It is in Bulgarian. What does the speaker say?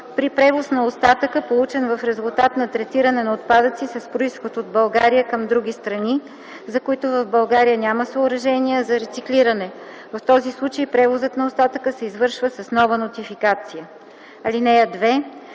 при превоз на остатъка, получен в резултат на третиране на отпадъци, с произход от България към други страни, за които в България няма съоръжения за рециклиране; в този случай превозът на остатъка се извършва с нова нотификация. (2)